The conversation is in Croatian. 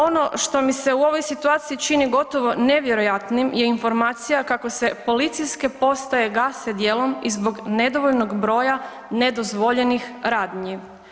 Ono što mi se u ovoj situaciji čini gotovo nevjerojatnim je kako se policijske postaje gase dijelom i zbog nedovoljnog broja nedozvoljenih radnji.